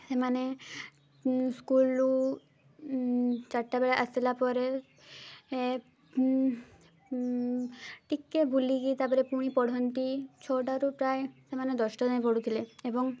ସେମାନେ ସ୍କୁଲରୁ ଚାରିଟା ବେଳେ ଆସିଲା ପରେ ଟିକେ ବୁଲିକି ତା'ପରେ ପୁଣି ପଢ଼ନ୍ତି ଛଅଟା ରୁ ପ୍ରାୟ ସେମାନେ ଦଶଟା ଯାଏଁ ପଢ଼ୁଥିଲେ ଏବଂ